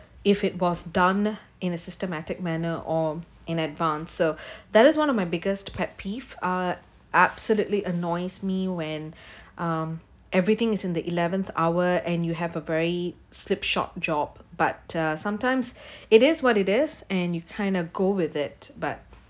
if it was done in a systematic manner or in advance so that is one of my biggest pet peeve ah absolutely annoys me when um everything is in the eleventh hour and you have a very slip short job but uh sometimes it is what it is and you kind of go with it but